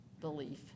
belief